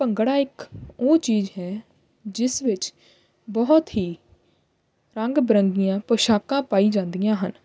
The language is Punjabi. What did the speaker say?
ਭੰਗੜਾ ਇੱਕ ਉਹ ਚੀਜ਼ ਹੈ ਜਿਸ ਵਿੱਚ ਬਹੁਤ ਹੀ ਰੰਗ ਬਰੰਗੀਆਂ ਪੋਸ਼ਾਕਾਂ ਪਾਈ ਜਾਂਦੀਆਂ ਹਨ